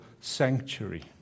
sanctuary